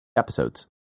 episodes